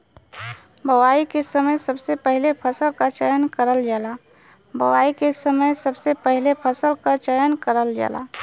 बोवाई के समय सबसे पहिले फसल क चयन करल जाला